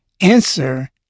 answer